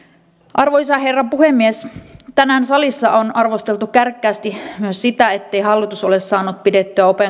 arvoisa herra puhemies tänään salissa on arvosteltu kärkkäästi myös sitä ettei hallitus ole saanut pidettyä